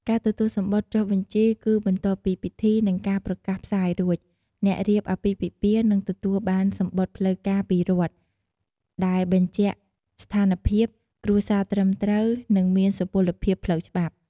ការទទួលសំបុត្រចុះបញ្ជីគឺបន្ទាប់ពីពិធី និងការប្រកាសផ្សាយរួច អ្នករៀបអាពាហ៍ពិពាហ៍នឹងទទួលបានសំបុត្រផ្លូវការពីរដ្ឋ ដែលបញ្ជាក់ស្ថានភាព គ្រួសារត្រឹមត្រូវ និងមានសុពលភាពផ្លូវច្បាប់។